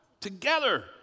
Together